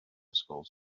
ysgol